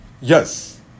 Yes